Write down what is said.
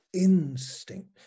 instinct